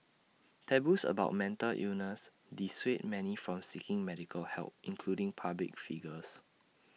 taboos about mental illness dissuade many from seeking medical help including public figures